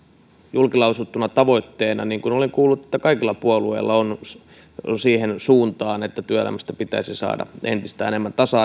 julkilausuttuna tavoitteena on niin kuin olen kuullut että kaikilla puolueilla on siihen suuntaan että työelämästä pitäisi saada entistä tasa arvoisempi tasa